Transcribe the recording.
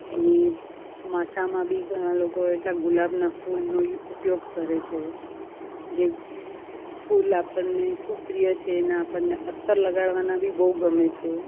એની માથામાં બી ઘણાં લોકો એટલા ગુલાબનાં ફૂલનો ઉપયોગ કરે છે જે ફૂલ આપણને ખૂબ પ્રિય છે એનાં આપણને અત્તર લગાડવાના બી બહુ ગમે છે